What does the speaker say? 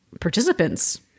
participants